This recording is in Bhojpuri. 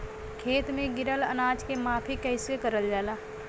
खेत में गिरल अनाज के माफ़ी कईसे करल जाला?